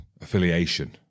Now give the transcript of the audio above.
affiliation